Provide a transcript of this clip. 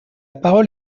parole